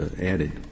added